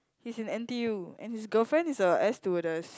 he's in N_T_U and his girlfriend is a air stewardess